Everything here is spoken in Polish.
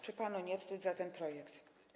Czy panu nie wstyd za ten projekt?